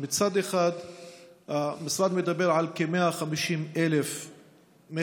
מצד אחד המשרד מדבר על כ-150,000 מחשבים,